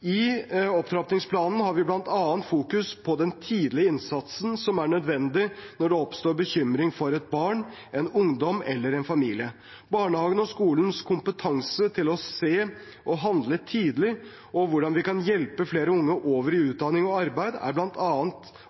I opptrappingsplanen fokuserer vi bl.a. på den tidlige innsatsen som er nødvendig når det oppstår bekymring for et barn, for en ungdom eller for familien. Barnehagen og skolens kompetanse til å se og handle tidlig, og hvordan vi kan hjelpe flere unge over i utdanning og arbeid, er blant